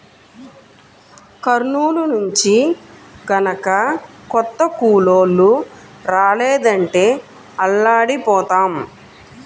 కర్నూలు నుంచి గనక కొత్త కూలోళ్ళు రాలేదంటే అల్లాడిపోతాం